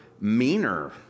meaner